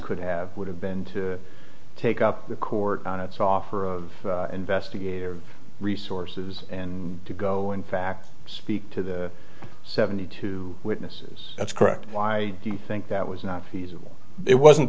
could have would have been to take up the court on its offer of investigative resources and to go in fact speak to the seventy two witnesses that's correct why do you think that was not feasible it wasn't